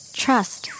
trust